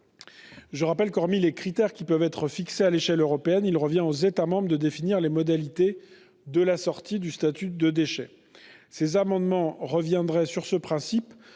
Je rappelle que, hormis les critères pouvant être fixés à l'échelle européenne, il revient aux États membres de définir les modalités de la sortie du statut de déchet. Ces amendements visent à revenir sur ce principe